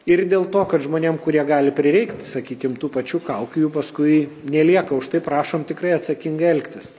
ir dėl to kad žmonėm kurie gali prireikt sakykim tų pačių kaukių jų paskui nelieka už tai prašom tikrai atsakingai elgtis